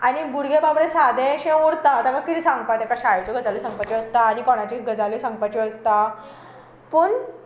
आनी भुरगें बाबडें सादेंशें उरता ताका कितें सांगपाचें आसता ताका शाळेच्यो गजाली सांगपाच्यो आसतात आनी कोणाच्यो गजाली सांगपाच्यो आसतात पूण